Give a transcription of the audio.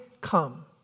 come